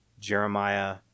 Jeremiah